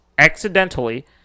accidentally